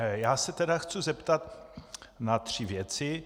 Já se tedy chci zeptat na tři věci.